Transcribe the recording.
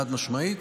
חד-משמעית.